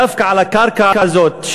דווקא על הקרקע הזאת,